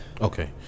Okay